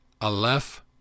Aleph